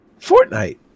Fortnite